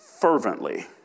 Fervently